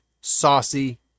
saucy